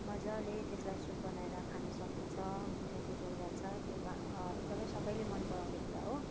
मजाले त्यसलाई सुप बनाएर खान सकिन्छ गुन्द्रुकको झोल भन्छ त्यो एकदमै सबैले मनपराउने कुरा हो